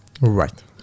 right